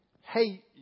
hey